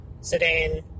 sedan